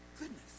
goodness